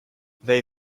they